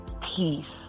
Peace